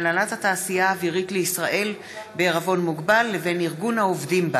הנהלת התעשייה האווירית לישראל בע"מ לבין ארגון העובדים בה.